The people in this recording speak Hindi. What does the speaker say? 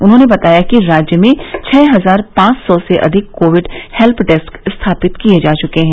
उन्होंने बताया कि राज्य में छः हजार पांव सौ से अधिक कोविड हेल्य डेस्क स्थापित किए जा चुके हैं